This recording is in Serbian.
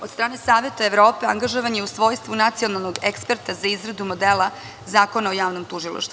Od strane Saveta Evrope angažovan je u svojstvu nacionalnog eksperta za izradu modela Zakona o javnom tužilaštvu.